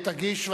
תגיש,